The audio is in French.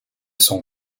sont